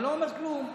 אני לא אומר כלום.